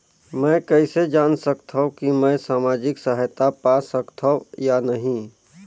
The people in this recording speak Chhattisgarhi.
मै कइसे जान सकथव कि मैं समाजिक सहायता पा सकथव या नहीं?